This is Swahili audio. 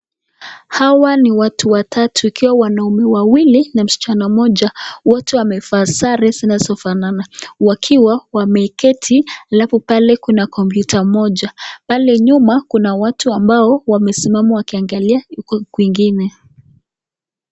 Hawa ni watu watatu wakiwa ni wanume wawili na msichana moja. Wote wamezaa sare zinazofanana wakiwa wameketi alafu pale kuna computer moja. Pale nyuma kuna watu ambao wamesimama wakiangalia uko kwingine